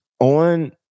on